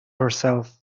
herself